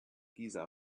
giza